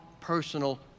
personal